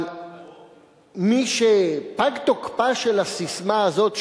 אבל משפג תוקפה של הססמה הזאת,